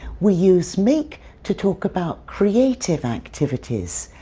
we use make to talk about creative activities,